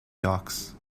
docks